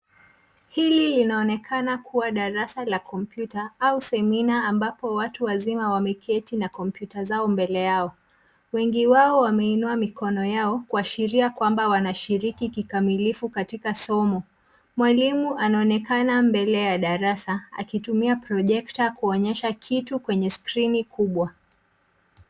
Hili linaonekana kuwa darasa la kompyuta au semina ambapo watu wazima wameketi na kompyuta zao mbele yao. Wengi wao wameinua mikono yao kuashiria kwamba wanashiriki kikamilifu katika somo. Mwalimu anaonekana mbele ya darasa akitumia projector kuonesha kitu kwenye skrini kubwa.